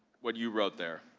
what you wrote there?